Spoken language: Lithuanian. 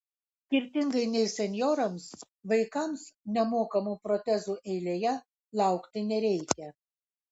skirtingai nei senjorams vaikams nemokamų protezų eilėje laukti nereikia